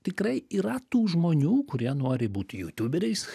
tikrai yra tų žmonių kurie nori būti jutiuberiais